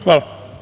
Hvala.